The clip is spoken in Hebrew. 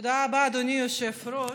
תודה רבה, אדוני היושב-ראש.